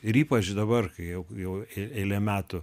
ir ypač dabar kai jau eilė metų